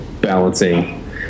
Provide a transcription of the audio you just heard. balancing